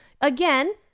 again